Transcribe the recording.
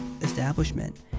establishment